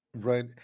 Right